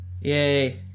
Yay